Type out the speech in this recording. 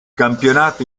campionato